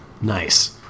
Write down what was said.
Nice